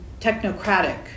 technocratic